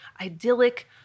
idyllic